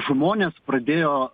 monės pradėjo